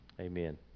amen